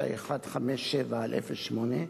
19157/08,